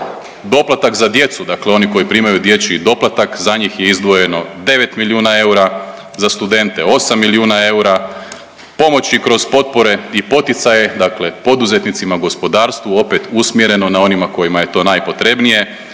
doplatak za djecu dakle oni koji primaju dječji doplatak za njih je izdvojeno 9 milijuna eura, za studente 8 milijuna eura, pomoći kroz potpore i poticaje dakle poduzetnicima i gospodarstvu opet usmjereno na onima kojima je to najpotrebnije,